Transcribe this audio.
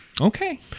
okay